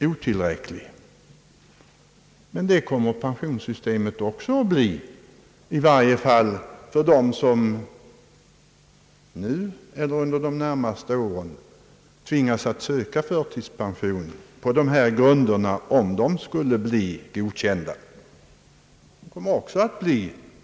Men detsamma kommer att gälla pensioneringen, i varje fall för dem som nu eller under de närmaste åren tvingas söka förtidspension på de här föreslagna grunderna, om riksdagen skulle godkänna dem.